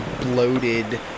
bloated